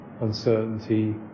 uncertainty